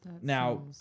Now